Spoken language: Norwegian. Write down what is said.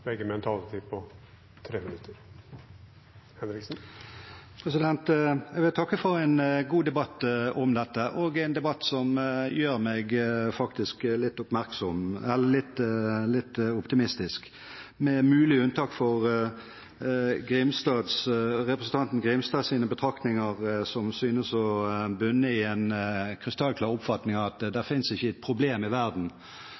Jeg takker for en god debatt om dette, en debatt som faktisk gjør meg litt optimistisk – muligens med unntak for representanten Grimstads betraktninger, som synes å bunne i en krystallklar oppfatning om at det ikke finnes et problem i verden